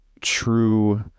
true